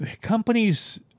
companies